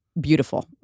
beautiful